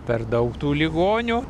per daug tų ligonių